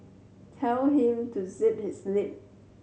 tell him to zip his lip